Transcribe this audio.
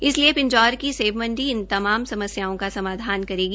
इसलिए पिंजौर की सेब मंडी इन तमाम समस्याओं का समाधान करेगी